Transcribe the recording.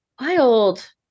Wild